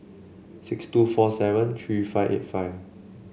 six two four seven three five eight five